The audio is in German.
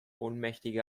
ohnmächtige